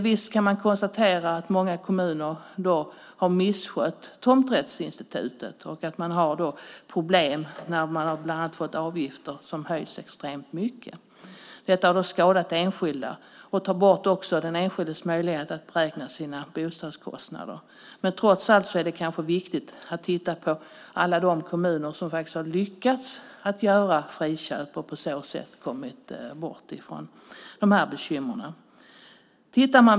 Visst kan man konstatera att många kommuner har misskött tomträttsinstitutet och att tomträttsinnehavare har fått problem när avgifter har höjts extremt mycket. Detta skadar enskilda och tar bort den enskildes möjlighet att beräkna sina bostadskostnader. Trots allt är det kanske viktigt att titta på alla de kommuner som har lyckats göra friköp och på så sätt kommit bort från dessa bekymmer.